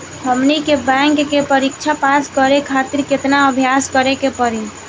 हमनी के बैंक के परीक्षा पास करे खातिर केतना अभ्यास करे के पड़ी?